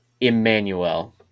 Emmanuel